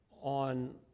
on